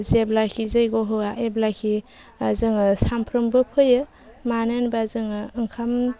जेब्लाखि जैग' होआ अब्लाखि जोङो सामफ्रोमबो फैयो मानो होनोबा जोङो ओंखाम